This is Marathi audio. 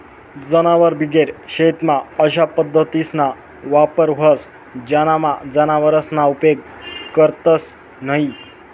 जनावरबिगेर शेतीमा अशा पद्धतीसना वापर व्हस ज्यानामा जनावरसना उपेग करतंस न्हयी